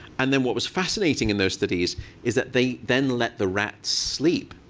and then what was fascinating in those studies is that they then let the rats sleep.